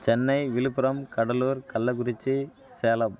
Chennai Villupuram Cuddalore Kallakurichi Salem